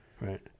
Right